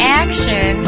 action